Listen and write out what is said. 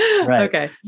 okay